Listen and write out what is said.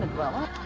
grandma